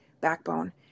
backbone